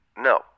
No